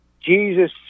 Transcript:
Jesus